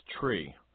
tree